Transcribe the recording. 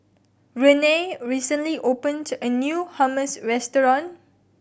Renea recently opened a new Hummus Restaurant